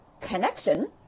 connection